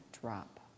drop